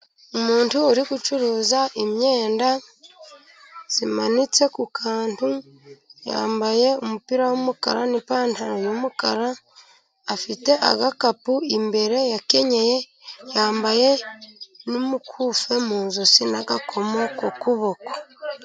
Umuntu uri gucuruza imyenda imanitse ku kantu, yambaye umupira w'umukara n'ipantaro y'umukara, afite agakapu imbere yakenyeye, yambaye n'umukufi mu ijosi n'agakomo ku kuboko.